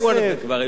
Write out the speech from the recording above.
הם יזדכו על זה כבר,